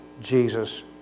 Jesus